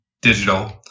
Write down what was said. digital